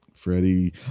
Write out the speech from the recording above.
Freddie